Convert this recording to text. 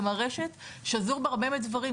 גם הרשת שזור בהרבה מאוד דברים,